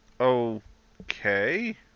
Okay